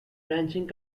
ranching